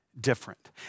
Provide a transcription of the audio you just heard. different